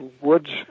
woods